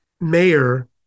mayor